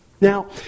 now